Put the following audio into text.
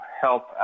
help